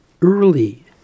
early